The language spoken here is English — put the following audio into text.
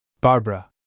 Barbara